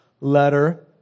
letter